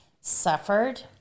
suffered